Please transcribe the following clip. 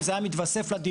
אם זה היה מתווסף לדירות,